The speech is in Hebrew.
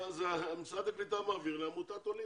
משרד הקליטה מעביר לעמותת עולים,